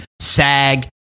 SAG